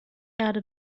erde